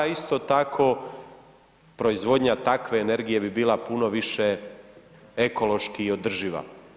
Isto tako, proizvodnja takve energije bi bila puno više ekološki održiva.